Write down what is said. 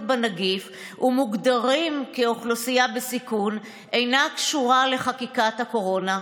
בנגיף ומוגדרים כאוכלוסייה בסיכון אינה קשורה לחקיקת הקורונה?